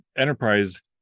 Enterprise